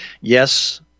yes